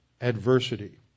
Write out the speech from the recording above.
adversity